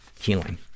healing